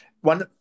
one